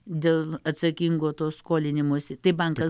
dėl atsakingo to skolinimosi tai bankas